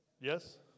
Yes